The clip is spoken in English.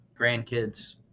grandkids